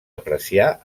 apreciar